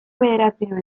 bederatziehun